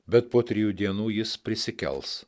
bet po trijų dienų jis prisikels